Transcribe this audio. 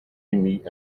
émis